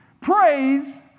Praise